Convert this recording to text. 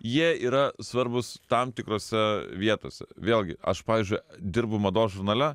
jie yra svarbūs tam tikrose vietose vėlgi aš pavyzdžiui dirbu mados žurnale